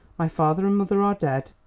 my father and mother are dead.